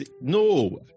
No